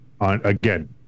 again